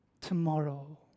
tomorrow